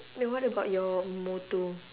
then what about your motor